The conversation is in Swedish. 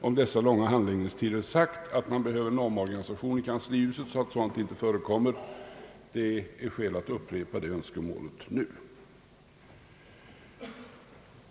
om dessa handläggningstider sagt att det behövs en omorganisation i kanslihuset så att sådant inte förekommer. Det är skäl att nu upprepa detta önskemål.